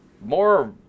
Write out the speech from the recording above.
more